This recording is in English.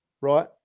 right